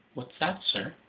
what's that, sir?